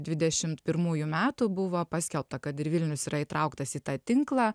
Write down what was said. dvidešimt pirmųjų metų buvo paskelbta kad ir vilnius yra įtrauktas į tą tinklą